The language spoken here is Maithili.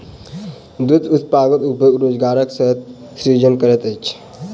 दूध उत्पादन उद्योग रोजगारक सेहो सृजन करैत अछि